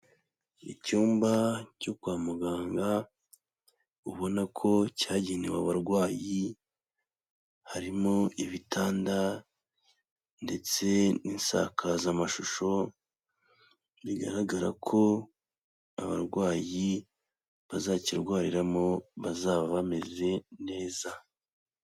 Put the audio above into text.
Icyumba cyo kwa muganga ubona ko cyagenewe abarwayi, harimo ibitanda ndetse n'insakazamashusho, bigaragara ko abarwayi bazakirwariramo bazaba bameze neza,.